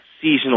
seasonal